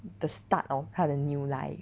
the start of 他的 new life